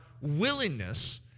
willingness